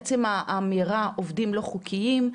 עצם האמירה עובדים לא חוקיים,